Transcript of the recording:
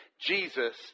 Jesus